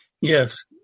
Yes